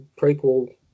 prequel